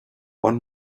one